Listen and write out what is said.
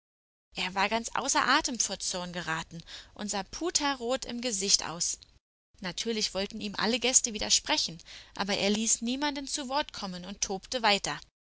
er war ganz außer atem vor zorn geraten und sah puterrot im gesicht aus natürlich wollten ihm alle gäste widersprechen aber er ließ niemanden zu worte kommen und tobte weiter